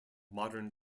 modern